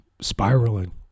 spiraling